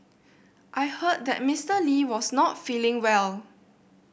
I heard that Mister Lee was not feeling well